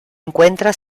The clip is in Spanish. encuentra